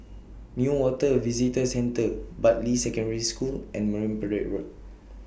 Newater Visitor Centre Bartley Secondary School and Marine Parade Road